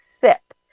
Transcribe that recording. sip